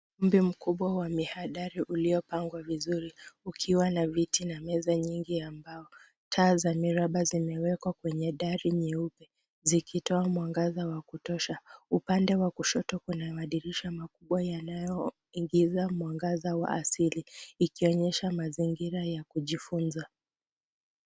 Ukumbi mkubwa wa mihadara uliopangwa vizuri ukiwa na viti na meza nyingi ya mbao. Taa za miraba zimewekwa kwenye dari nyeupe zikitoa mwangaza wa kutosha, upande wa kushoto kuna madirisha makubwa yanayoingiza mwangaza wa asili ikionyesha mazigira ya kujifunza.